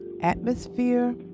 atmosphere